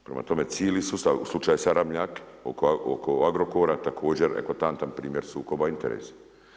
Prema tome, cijeli sustav u slučaju sada Ramljak oko Agrokora također eklatantan primjer sukoba interesa.